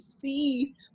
see